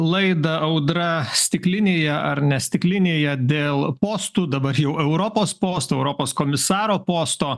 laidą audra stiklinėje ar nes stiklinėje dėl postų dabar jau europos postų europos komisaro posto